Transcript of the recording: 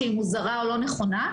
מוזרה או לא נכונה.